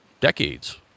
decades